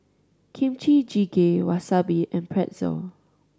Kimchi Jjigae Wasabi and Pretzel